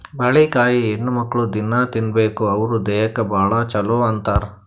ಬಾಳಿಕಾಯಿ ಹೆಣ್ಣುಮಕ್ಕ್ಳು ದಿನ್ನಾ ತಿನ್ಬೇಕ್ ಅವ್ರ್ ದೇಹಕ್ಕ್ ಭಾಳ್ ಛಲೋ ಅಂತಾರ್